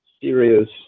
serious